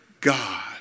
God